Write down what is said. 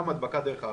גם הדבקה דרך האוויר.